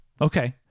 Okay